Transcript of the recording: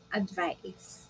advice